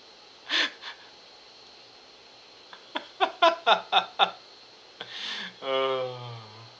ugh